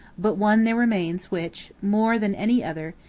but one there remains which, more than any other,